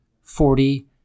forty